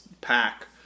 pack